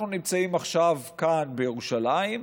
אנחנו נמצאים עכשיו כאן בירושלים,